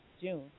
June